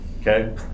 okay